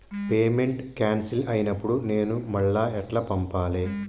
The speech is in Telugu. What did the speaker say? పేమెంట్ క్యాన్సిల్ అయినపుడు నేను మళ్ళా ఎట్ల పంపాలే?